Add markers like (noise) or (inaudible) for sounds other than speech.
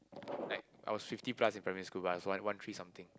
(noise) like I was fifty plus in primary school but I was one one three something